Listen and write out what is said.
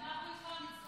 אנחנו גם מצטרפים.